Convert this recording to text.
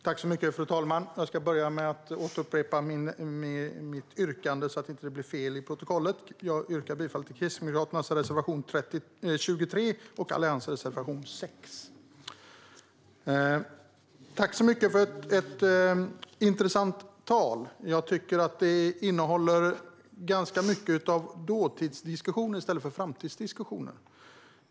Fru talman! Jag vill börja med att återupprepa mitt yrkande, så att det inte blir fel i protokollet. Jag yrkar bifall till Kristdemokraternas reservation 23 och till Alliansens reservation 6. Tack så mycket för ett intressant tal! Det innehåller ganska mycket av dåtidsdiskussion i stället för framtidsdiskussion.